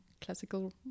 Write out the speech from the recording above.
classical